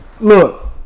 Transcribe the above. Look